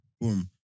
boom